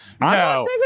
no